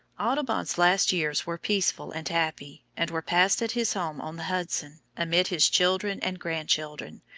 audubon's last years were peaceful and happy, and were passed at his home on the hudson, amid his children and grandchildren,